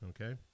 okay